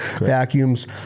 vacuums